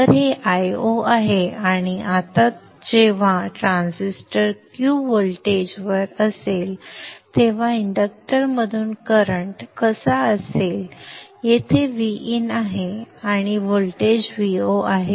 तर हे Io आहे आणि आता जेव्हा ट्रान्झिस्टर Q व्होल्टेजवर असेल तेव्हा इंडक्टरमधून करंट कसा असेल येथे Vin आहे आणि व्होल्टेज Vo आहे